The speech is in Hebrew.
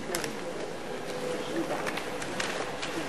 אדוני היושב-ראש, חברי חברי הכנסת,